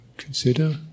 Consider